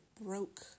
broke